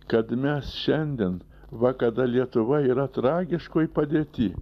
kad mes šiandien va kada lietuva yra tragiškoj padėty